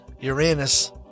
Uranus